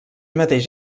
mateix